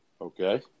Okay